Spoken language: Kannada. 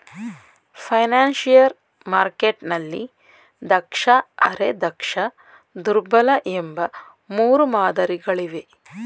ಫೈನಾನ್ಶಿಯರ್ ಮಾರ್ಕೆಟ್ನಲ್ಲಿ ದಕ್ಷ, ಅರೆ ದಕ್ಷ, ದುರ್ಬಲ ಎಂಬ ಮೂರು ಮಾದರಿ ಗಳಿವೆ